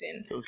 Okay